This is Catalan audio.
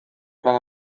plana